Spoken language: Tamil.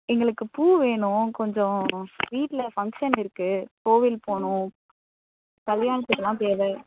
எங்களுக்குப் பூ வேணும் கொஞ்சம் வீட்டில் ஃபங்க்ஷன் இருக்குது கோவில் போகணும் கல்யாணத்துக்கெலாம் தேவை